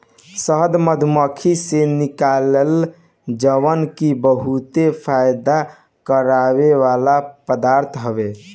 शहद मधुमक्खी से निकलेला जवन की बहुते फायदा करेवाला पदार्थ हवे